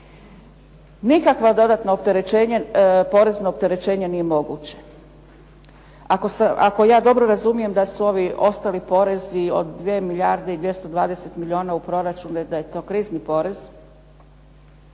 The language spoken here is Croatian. Nikakvo dodatno opterećenje nije moguće, ako ja dobro razumijem da su ovi ostali porezi od 2 milijarde i 220 milijuna u proračunu da je to krizni porez